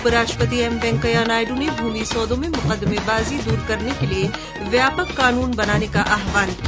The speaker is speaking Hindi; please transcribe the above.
उपराष्ट्रपति एम वेंकैया नायडू ने भूमि सौदे में मुकदमेबाजी दूर करने के लिए व्यापक कानून बनाने का आह्वान किया